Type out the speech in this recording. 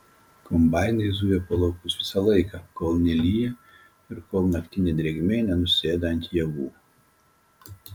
kombainai zuja po laukus visą laiką kol nelyja ir kol naktinė drėgmė nenusėda ant javų